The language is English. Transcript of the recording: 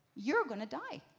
you are going to die!